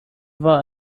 war